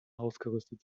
ausgerüstet